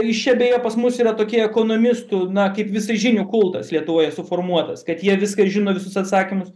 iš čia beje pas mus yra tokie ekonomistų na kaip visažinių kultas lietuvoje suformuotas kad jie viską žino visus atsakymus